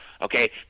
Okay